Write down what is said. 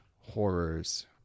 horrors